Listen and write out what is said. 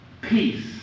Peace